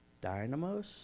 dynamos